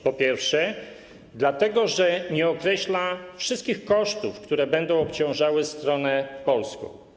Po pierwsze, dlatego że nie określa wszystkich kosztów, które będą obciążały stronę polską.